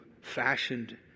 fashioned